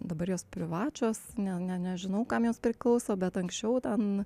dabar jos privačios ne ne nežinau kam jos priklauso bet anksčiau ten